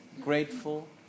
grateful